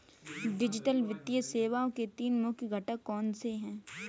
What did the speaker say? digital वित्तीय सेवाओं के तीन मुख्य घटक कौनसे हैं